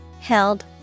held